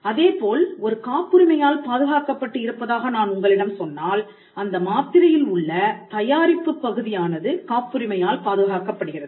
அதேபோல் ஒரு காப்புரிமையால் பாதுகாக்கப்பட்டு இருப்பதாக நான் உங்களிடம் சொன்னால் அந்த மாத்திரையில் உள்ள தயாரிப்புப் பகுதியானது காப்புரிமையால் பாதுகாக்கப்படுகிறது